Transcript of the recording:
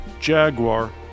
Jaguar